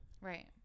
Right